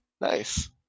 Nice